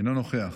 אינו נוכח.